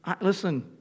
Listen